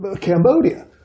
Cambodia